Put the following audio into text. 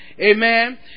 Amen